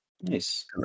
Nice